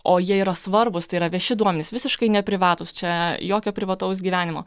o jie yra svarbūs tai yra vieši duomenys visiškai neprivatūs čia jokio privataus gyvenimo